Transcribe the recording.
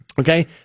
okay